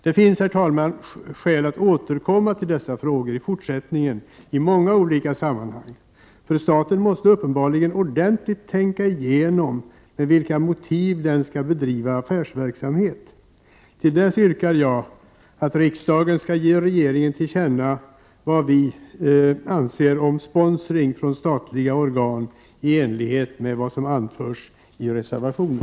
Det finns, herr talman, skäl att återkomma till dessa frågor i fortsättningen, i många olika sammanhang, för staten måste uppenbarligen ordentligt tänka igenom med vilka motiv den skall bedriva affärsverksamhet. Till dess yrkar jag att riksdagen skall ge regeringen till känna vad vi anser om sponsring från statliga organ, i enlighet med vad som anförs i reservationen.